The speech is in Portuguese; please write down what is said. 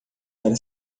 para